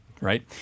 right